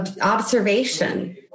observation